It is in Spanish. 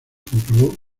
comprobó